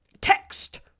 text